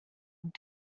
und